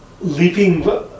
leaping